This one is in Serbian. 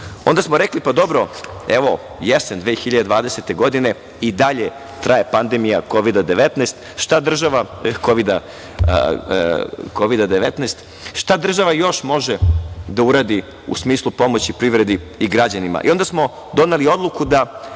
Onda smo rekli – pa dobro, evo, jesen 2020. godine, i dalje traje pandemija Kovida-19, šta država još može da uradi u smislu pomoći privredi i građanima? Onda smo doneli odluku da